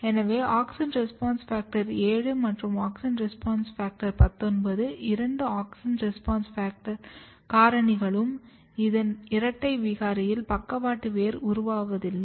எனவே AUXIN RESPONSE FACTOR 7 மற்றும் AUXIN RESPONSE FACTOR 19 இரண்டு ஆக்ஸின் ரெஸ்பான்ஸ் காரணிகளாகும் இதன் இரட்டை விகாரியில் பக்கவாட்டு வேர் உருவாவதில்லை